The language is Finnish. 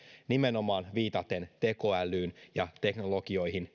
nimenomaan viitaten tekoälyyn ja teknologioihin